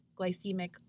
glycemic